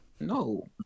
No